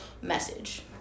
message